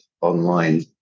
online